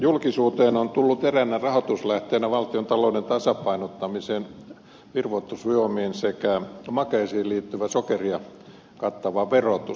julkisuuteen on tullut eräänä rahoituslähteenä valtiontalouden tasapainottamiseen virvoitusjuomiin sekä makeisiin liittyvä sokerin verotus